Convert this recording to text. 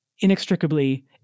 inextricably